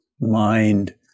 mind